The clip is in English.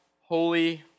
holy